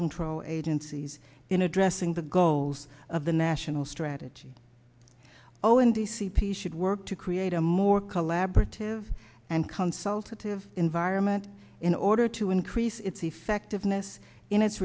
control agencies in addressing the goals of the national strategy oh and the c p should work to create a more collaborative and consultative environment in order to increase its effectiveness in it